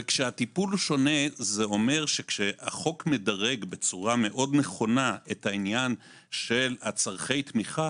ואז זה אומר שכשהחוק מדרג בצורה נכונה מאוד את העניין של צורכי התמיכה,